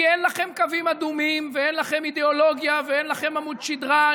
כי אין לכם קווים אדומים ואין לכם אידיאולוגיה ואין לכם עמוד שדרה.